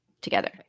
together